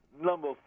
Number